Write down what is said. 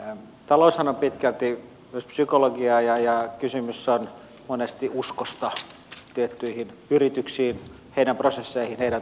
taloushan on pitkälti myös psykologiaa ja kysymys on monesti uskosta tiettyihin yrityksiin niiden prosesseihin niiden tuotteisiin